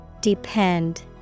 Depend